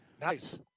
Nice